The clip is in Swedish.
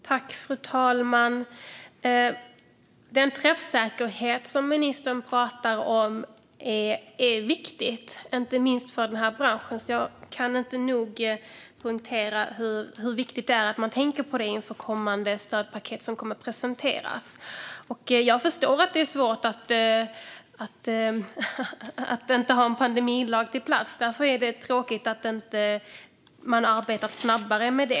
Fru talman! Den träffsäkerhet som ministern talar om är viktig, inte minst för den här branschen. Jag kan inte nog poängtera hur viktigt det är att man tänker på det inför kommande stödpaket som ska presenteras. Jag förstår att det är svårt att inte ha en pandemilag på plats. Det är tråkigt att man inte har arbetat snabbare med det.